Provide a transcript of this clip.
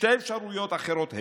שתי אפשרויות אחרות הן: